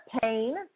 pain